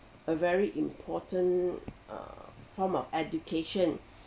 a very important uh form of education